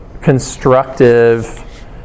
constructive